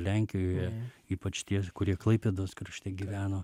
lenkijoje ypač tie kurie klaipėdos krašte gyveno